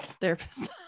therapist